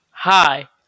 Hi